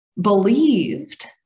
believed